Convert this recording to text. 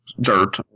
dirt